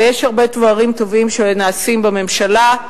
ויש הרבה דברים טובים שנעשים בממשלה,